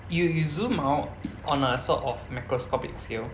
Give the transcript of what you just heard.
you you zoom out on a sort of macroscopic scale